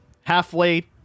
halfway